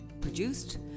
produced